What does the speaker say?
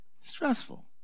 stressful